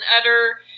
utter